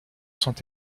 sont